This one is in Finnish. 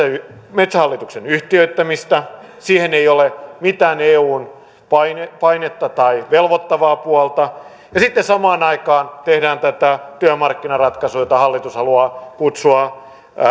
metsähallituksen yhtiöittämistä siihen ei ole mitään eun painetta painetta tai velvoittavaa puolta ja sitten samaan aikaan tehdään tätä työmarkkinaratkaisua jota hallitus haluaa kutsua